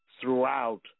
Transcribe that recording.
throughout